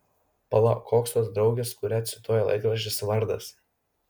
pala koks tos draugės kurią cituoja laikraštis vardas